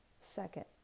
Second